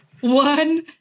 one